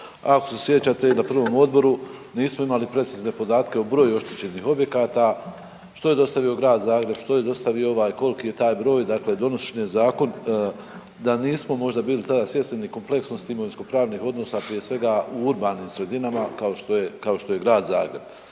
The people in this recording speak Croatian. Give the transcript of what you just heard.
ako se sjećate, na prvom Odboru nismo imali precizne podatke o broju oštećenih objekata, što je dostavio Grad Zagreb, što je dostavio ovaj, koliki je taj broj, dakle, donošen je Zakon da nismo možda tada bili svjesni ni kompleksnosti imovinsko-pravnih odnosa, prije svega u urbanim sredinama, kao što je Grad Zagreb.